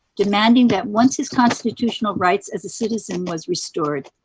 demanding that once his constitutional rights as a citizen was restored,